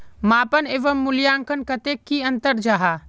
मापन एवं मूल्यांकन कतेक की अंतर जाहा?